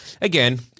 Again